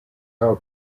how